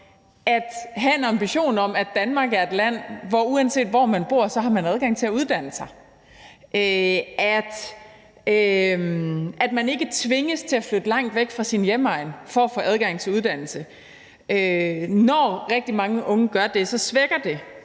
at have en ambition om, at Danmark er et land, hvor man, uanset hvor man bor, har adgang til at uddanne sig, og at man ikke tvinges til at flytte fra sin hjemegn for at få adgang til uddannelse. Når rigtig mange unge gør det, svækker det